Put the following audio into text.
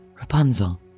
Rapunzel